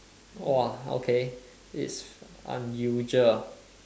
!whoa! okay it's unusual